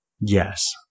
Yes